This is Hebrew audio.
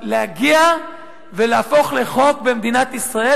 להגיע ולהפוך לחוק במדינת ישראל,